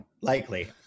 Likely